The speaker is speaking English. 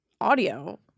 audio